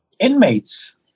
inmates